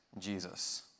Jesus